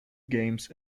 games